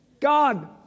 God